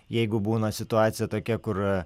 jeigu būna situacija tokia kur